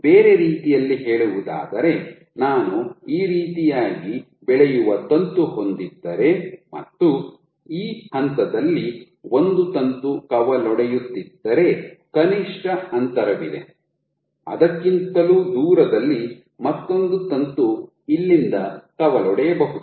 ಬೇರೆ ರೀತಿಯಲ್ಲಿ ಹೇಳುವುದಾದರೆ ನಾನು ಈ ರೀತಿಯಾಗಿ ಬೆಳೆಯುವ ತಂತು ಹೊಂದಿದ್ದರೆ ಮತ್ತು ಈ ಹಂತದಲ್ಲಿ ಒಂದು ತಂತು ಕವಲೊಡೆಯುತ್ತಿದ್ದರೆ ಕನಿಷ್ಠ ಅಂತರವಿದೆ ಅದಕ್ಕಿಂತಲೂ ದೂರದಲ್ಲಿ ಮತ್ತೊಂದು ತಂತು ಇಲ್ಲಿಂದ ಕವಲೊಡೆಯಬಹುದು